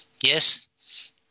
Yes